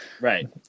Right